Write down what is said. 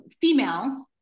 female